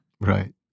Right